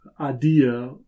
idea